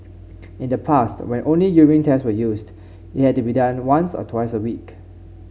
in the past when only urine tests were used they had to be done once or twice a week